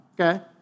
okay